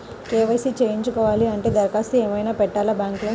KYC చేయించుకోవాలి అంటే దరఖాస్తు ఏమయినా పెట్టాలా బ్యాంకులో?